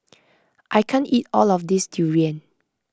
I can't eat all of this Durian